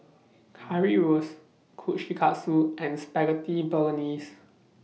Currywurst Kushikatsu and Spaghetti Bolognese